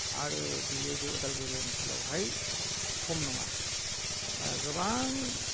आरो बियो बे उदालगुरि ओनसोलावहाय खम नङा गोबां